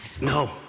No